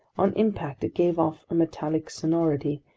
on impact, it gave off a metallic sonority,